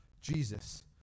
jesus